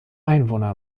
einwohner